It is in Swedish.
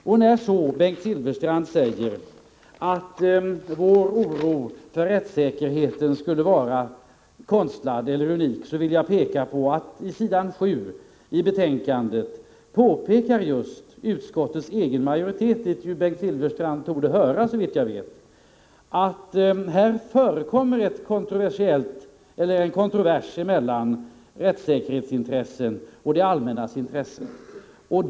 När Bengt Silfverstrand säger att vår oro för rättssäkerheten är konstlad eller unik, vill jag peka på vad utskottsmajoriteten, till vilken Bengt Silfverstrand såvitt jag förstår hör, skriver på s.7 i betänkandet, nämligen att det förekommer en kontrovers mellan rättssäkerhetsintressen och det allmännas intressen.